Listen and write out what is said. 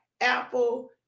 Apple